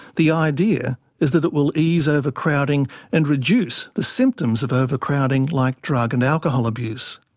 the idea is that it will ease overcrowding and reduce the symptoms of overcrowding, like drug and alcohol abuse.